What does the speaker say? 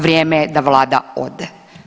Vrijeme je da Vlada ode.